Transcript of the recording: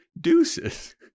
deuces